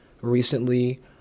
recently